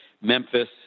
Memphis